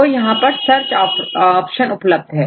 तो यहां पर सर्च ऑप्शन उपलब्ध है